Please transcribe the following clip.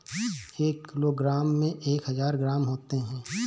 एक किलोग्राम में एक हजार ग्राम होते हैं